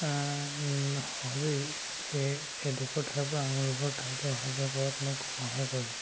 সহজে এডোখৰ ঠাইৰ পৰা আন এটোখৰ ঠাইলৈ অহা যোৱা কৰাত মোক সহায় কৰে